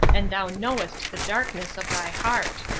and thou knowest the darkness of thy heart.